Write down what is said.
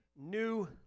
new